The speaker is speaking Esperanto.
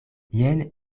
jen